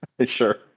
Sure